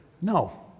No